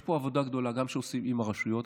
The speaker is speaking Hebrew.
יש פה עבודה גדולה שעושים גם עם הרשויות.